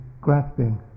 grasping